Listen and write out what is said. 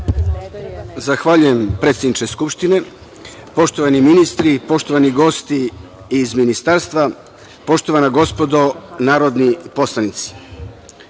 Zahvaljujem, predsednice Skupštine. Poštovani ministri, poštovani gosti iz ministarstva, poštovana gospodo narodni poslanici,